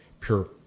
pure